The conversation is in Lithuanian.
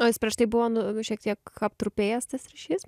o jis prieš tai buvo nu šiek tiek aptrupėjęs tas ryšys